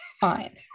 fine